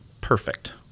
perfect